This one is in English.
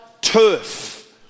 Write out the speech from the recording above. turf